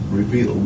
reveal